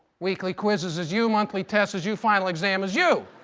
weekly quizzes is you, monthly tests is you, final exam is you.